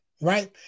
Right